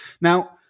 Now